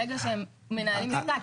ברגע שהם מנהלים עסקה,